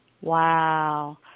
Wow